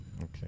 okay